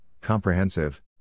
comprehensive